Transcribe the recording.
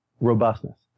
robustness